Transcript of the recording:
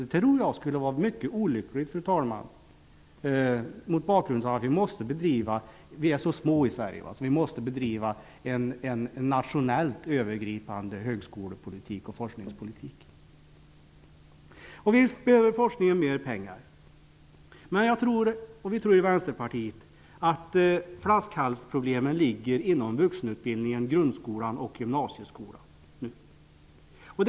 Det tror jag skulle vara mycket olyckligt, fru talman, mot bakgrund av att Sverige är ett litet land och vi därför måste bedriva en nationellt övergripande högskolepolitik och forskningspolitik. Visst behöver forskningen mer pengar, men jag tror och vi tror i Vänsterpartiet att flaskhalsproblemen ligger inom vuxenutbildningen, grundskolan och gymnasieskolan.